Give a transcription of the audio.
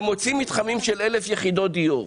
שמוציאים מתחמים של 1,000 יחידות דיור.